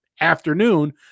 afternoon